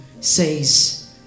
says